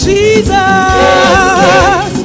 Jesus